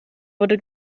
wurde